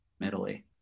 Italy